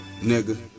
Nigga